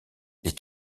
les